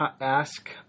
ask